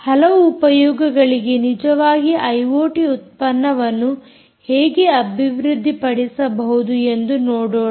ಹಲವು ಉಪಯೋಗಗಳಿಗೆ ನಿಜವಾಗಿ ಐಓಟಿ ಉತ್ಪನ್ನವನ್ನು ಹೇಗೆ ಅಭಿವೃದ್ದಿ ಪಡಿಸಬಹುದು ಎಂದು ನೋಡೋಣ